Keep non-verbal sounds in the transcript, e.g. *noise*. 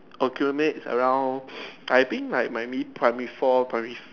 accumulate around *noise* I think like might be primary four primary